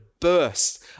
burst